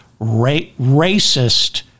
racist